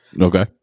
Okay